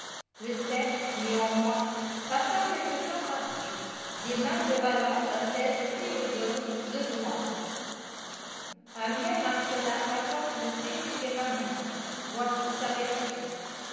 le sceptre néanmoins passa quelque temps après ds nains de valons à celles de théodose le grand âmmien marcellin rapporte le fait différemment voici sa version